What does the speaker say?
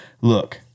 look